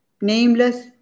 nameless